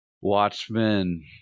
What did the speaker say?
Watchmen